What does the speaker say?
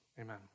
Amen